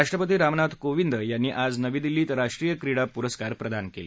राष्ट्रपती रामनाथ कोविंद यांनी आज नवी दिल्लीत राष्ट्रीय क्रीडा पुरस्कार प्रदान केले